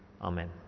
Amen